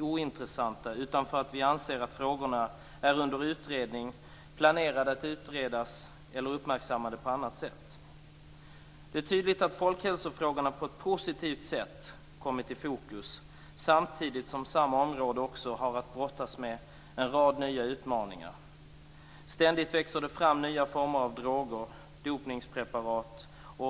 ointressanta utan för att vi anser att frågorna är under utredning, planerade att utredas eller uppmärksammade på annat sätt. Det är tydligt att folkhälsofrågorna på ett positivt sätt kommit i fokus, samtidigt som samma område också har att brottas med en rad nya utmaningar. Ständigt växer det fram nya former av droger och dopningspreparat.